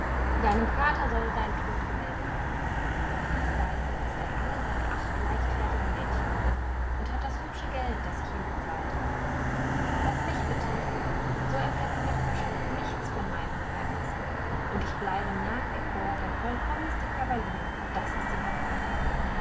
deinem vater soll jedoch dein tod gemeldet werden auf diese weise ist er alle seine acht leichtfertigen mädchen los und hat das hübsche geld das ich ihm gezahlt habe was mich betrifft so erfährt die nachbarschaft nichts von meinen geheimnissen und ich bleibe nach wie vor der vollkommenste kavalier das ist die hauptsache